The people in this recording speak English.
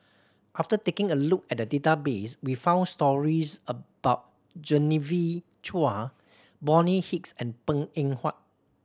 after taking a look at the database we found stories about Genevieve Chua Bonny Hicks and Png Eng Huat